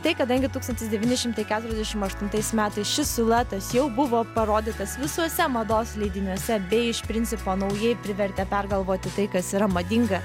tai kadangi tūkstantis devyni šimtai keturiasdešim aštuntais metais šis siluetas jau buvo parodytas visuose mados leidiniuose bei iš principo naujai privertė pergalvoti tai kas yra madinga